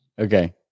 okay